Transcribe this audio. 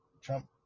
Trump